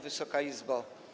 Wysoka Izbo!